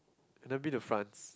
I've never been to France